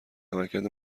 عملکرد